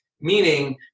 meaning